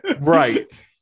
right